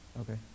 Okay